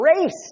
race